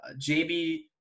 JB